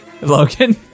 Logan